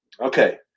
okay